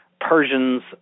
Persians